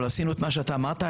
וגם עשינו אתמה שאתה אמרת,